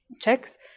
checks